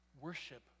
Worship